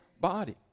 body